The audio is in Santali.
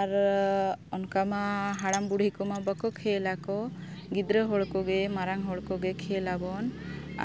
ᱟᱨ ᱚᱱᱠᱟ ᱢᱟ ᱦᱟᱲᱟᱢ ᱵᱩᱰᱷᱤ ᱠᱚᱢᱟ ᱵᱟᱠᱚ ᱠᱷᱮᱞᱟ ᱠᱚ ᱜᱤᱫᱽᱨᱟᱹ ᱦᱚᱲ ᱠᱚᱜᱮ ᱢᱟᱨᱟᱝ ᱦᱚᱲ ᱠᱚᱜᱮ ᱠᱷᱮᱞᱟᱵᱚᱱ